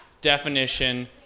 definition